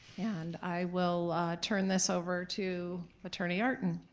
and i will turn this over to attorney artin.